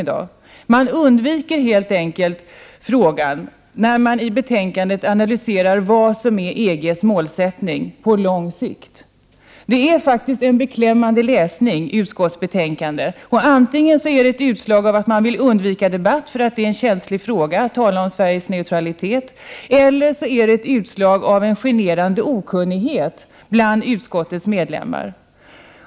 Man undviker helt enkelt frågan när man i betänkandet analyserar vad som är EG:s målsättning på lång sikt. Utskottsbetänkandet är en beklämmande läsning. Antingen är betänkandet ett utslag av att man vill undvika debatt, för det är känsligt att tala om Sveriges neutralitet, eller också är det ett utslag av en generande okunnighet hos utskottets ledamöter.